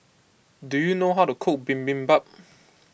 do you know how to cook Bibimbap